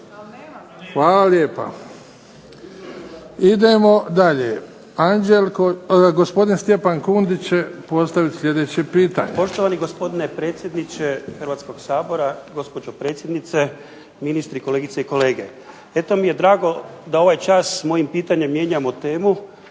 Hvala lijepa. Idemo dalje, gospodin Stjepan Kundić će postaviti sljedeće pitanje. **Kundić, Stjepan (HDZ)** Poštovani gospodine predsjedniče Hrvatskog sabora, gospođo predsjednice, ministri, kolegice i kolege. Eto mi je drago da ovaj čas mojim pitanjem mijenjamo temu